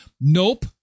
Nope